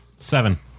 Seven